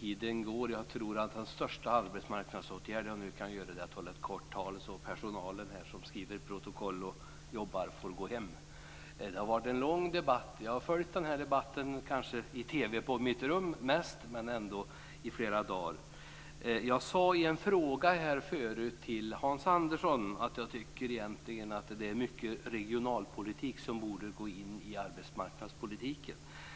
Tiden går, och jag tror att den största arbetsmarknadsåtgärd jag nu kan göra är att hålla ett kort tal så att personalen som skriver protokoll osv. får gå hem. Det har varit en lång debatt. Jag har följt den, kanske mest i TV:n på mitt rum, i flera dagar. Jag sade förut i en replik till Hans Andersson att jag egentligen tycker att mycket av regionalpolitiken borde gå in i arbetsmarknadspolitiken.